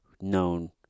known